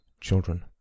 children